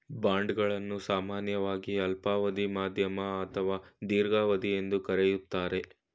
bond ಗಳನ್ನು ಸಾಮಾನ್ಯವಾಗಿ ಅಲ್ಪಾವಧಿ, ಮಧ್ಯಮ ಅಥವಾ ದೀರ್ಘಾವಧಿ ಎಂದು ಕರೆಯುತ್ತಾರೆ